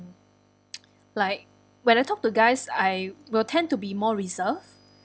like when I talk to guys I will tend to be more reserve